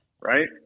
Right